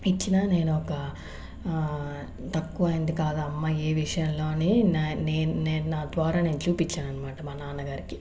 ఇచ్చిన నేను ఒక తక్కువైంది కాదు అమ్మాయి ఏ విషయంలో అని నేను నా ద్వారా నేను చూపిచ్చానన్నమాట మా నాన్నగారికి